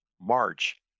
March